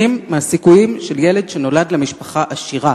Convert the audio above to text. מהסיכויים של ילד שנולד למשפחה עשירה.